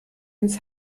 ins